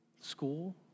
school